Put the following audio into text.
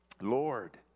Lord